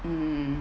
mm